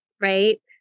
right